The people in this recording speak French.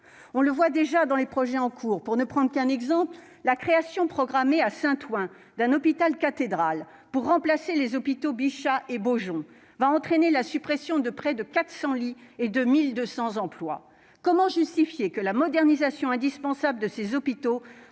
On le voit déjà dans les projets en cours. Pour ne prendre qu'un exemple, la création programmée à Saint-Ouen d'un hôpital-cathédrale pour remplacer les hôpitaux Bichat et Beaujon va entraîner la suppression de près de 400 lits et de 1 200 emplois. Comment justifier que la modernisation indispensable de ces hôpitaux